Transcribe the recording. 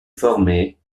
formés